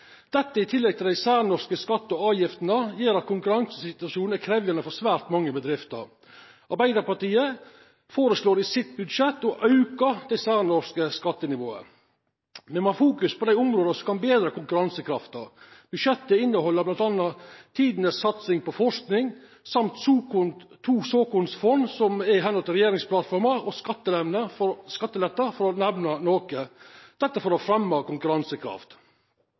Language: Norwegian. Dette, i tillegg til dei særnorske skattane og avgiftene, gjer at konkurransesituasjonen er krevjande for svært mange bedrifter. Arbeidarpartiet foreslår i sitt budsjett å auka det særnorske skattenivået. Me må ha fokus på dei områda som kan betre konkurransekrafta. Budsjettet inneheld bl.a. tidenes satsing på forsking og to såkornsfond, i høve til regjeringsplattforma, og skattelettar, for å nemna noko. Dette for å fremja konkurransekraft.